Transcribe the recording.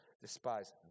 despise